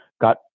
got